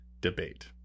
debate